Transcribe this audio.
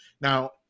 Now